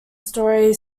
story